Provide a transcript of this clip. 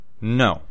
No